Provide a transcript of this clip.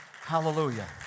Hallelujah